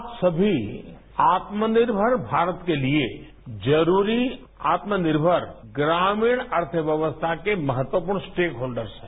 आप सभी आत्मनिर्भर भारत के लिए जरूरी आत्मनिर्मर ग्रामीण अर्थव्यवस्था के महत्व को स्टेक होल्डर्स हैं